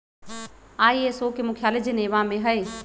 ISO के मुख्यालय Geneva में हइ